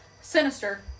Sinister